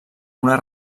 una